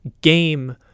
game